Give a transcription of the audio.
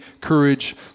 courage